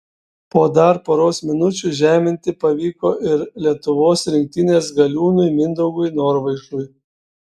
po dar poros minučių žeminti pavyko ir lietuvos rinktinės galiūnui mindaugui norvaišui